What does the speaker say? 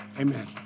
Amen